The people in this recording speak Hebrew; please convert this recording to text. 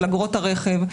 של אגרות הרכב,